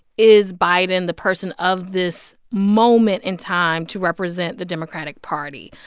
is biden the person of this moment in time to represent the democratic party?